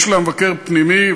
יש לה מבקר פנימי,